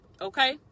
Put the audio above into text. okay